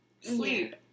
sleep